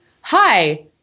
hi